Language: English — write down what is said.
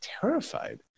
terrified